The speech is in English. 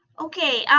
okay,